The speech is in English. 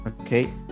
okay